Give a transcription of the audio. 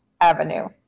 avenue